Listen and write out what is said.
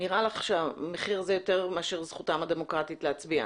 נראה לך שזה מחיר יותר כבד מאשר זכותם הדמוקרטית להצביע.